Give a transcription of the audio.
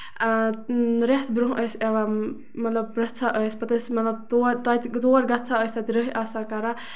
اۭں رٮ۪تھ برونہہ ٲسۍ یِوان مطلب پرٛیژھان ٲسۍ پَتہٕ ٲسۍ مطلب تور تَتہِ تور گژھان ٲسۍ تَتہِ ٲسۍ روٚف آسان کران